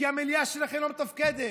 כי המליאה שלכם לא מתפקדת,